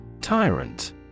Tyrant